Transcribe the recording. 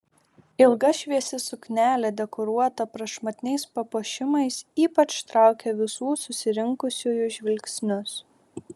ilga šviesi suknelė dekoruota prašmatniais papuošimais ypač traukė visų susirinkusiųjų žvilgsnius